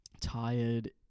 Tired